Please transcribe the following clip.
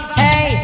hey